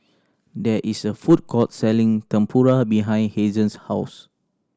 there is a food court selling Tempura behind Hazen's house